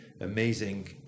amazing